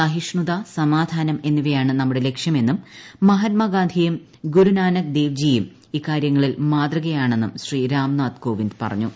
സഹിഷ്ണുതസമാധാനം എന്നീവയാണ് നമ്മുടെ ലക്ഷ്യമെന്നും മഹാത്മാ ഗാന്ധിയും ഗ്രൂരു നാനക് ദേയ്ജിയും ഇക്കാര്യങ്ങളിൽ മാതൃകയാണെന്നും ശ്രീരാംനാഥ് കോവിന്ദ് പറഞ്ഞു